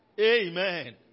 Amen